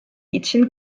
için